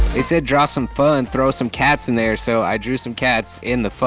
he said draw some pho and throw some cats in there. so i drew some cats in the pho.